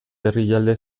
herrialde